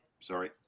Sorry